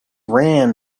ran